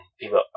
people